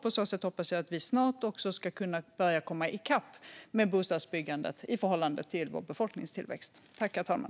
På så sätt hoppas jag att vi snart ska komma i kapp med bostadsbyggandet i förhållande till befolkningstillväxten.